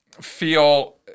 feel